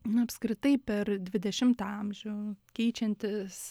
nu apskritai per dvidešimtą amžių keičiantis